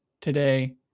today